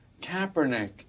Kaepernick